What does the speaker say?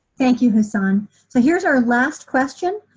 thank you hasan. so here's our last question.